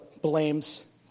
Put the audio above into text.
blames